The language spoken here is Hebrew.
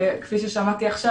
וכפי ששמעתי עכשיו,